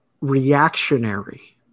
reactionary